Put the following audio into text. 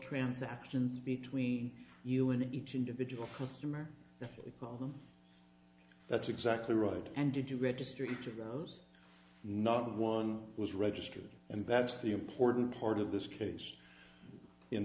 transactions between you and each individual customer because that's exactly right and did you register each of those not one was registered and that's the important part of this case in